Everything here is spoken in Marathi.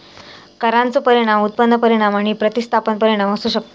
करांचो परिणाम उत्पन्न परिणाम आणि प्रतिस्थापन परिणाम असू शकतत